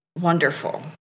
wonderful